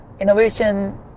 innovation